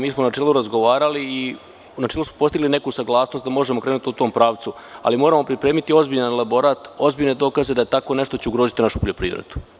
Mi smo u načelu razgovarali i postigli smo neku saglasnost da možemo krenuti u tom pravcu, ali moramo pripremiti ozbiljan elaborat, ozbiljne dokaze da će tako nešto ugroziti našu poljoprivredu.